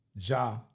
Ja